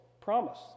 promise